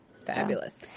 fabulous